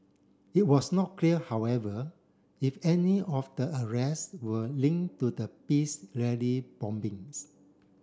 it was not clear however if any of the arrest were linked to the peace rally bombings